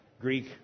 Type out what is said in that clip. Greek